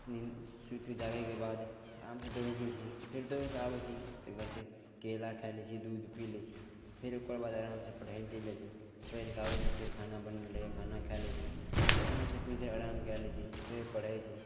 नीन्द सुतिके जागैके बाद आरामसे दौड़ै छी फेर दौड़िके आबै छी ताहिपरसे केला खा लै छिए दूध पी लै छिए फेर ओकरबाद आरामसे पढ़ै ले चलि जाइ छी पढ़िके आबै छी फेर खाना बनल रहैए खाना खा लै छी फेर आरामसे किछु देर आराम कै लै छी फेर पढ़ै छी